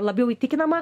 labiau įtikinama